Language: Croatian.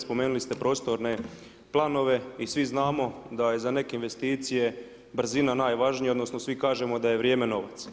Spomenuli ste prostorne planova i svi znamo da je za neke investicije brzina najvažnija, odnosno svi kažemo da je vrijem novac.